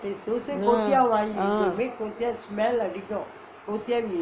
ah